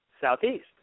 southeast